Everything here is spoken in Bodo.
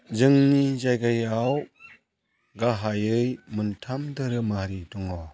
जोंनि जायगायाव गाहायै मोनथाम धोरोमारि दङ